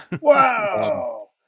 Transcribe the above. Wow